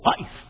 life